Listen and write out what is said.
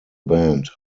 band